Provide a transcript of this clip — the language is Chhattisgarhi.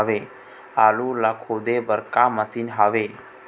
आलू ला खोदे बर का मशीन हावे?